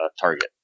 Target